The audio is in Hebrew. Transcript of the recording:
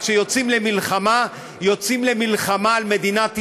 כשיוצאים למלחמה, יוצאים למלחמה על מדינת ישראל,